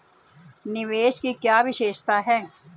निवेश की क्या विशेषता है?